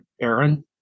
Aaron